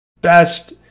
best